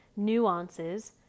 nuances